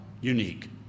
unique